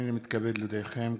הנני מתכבד להודיעכם,